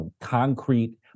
concrete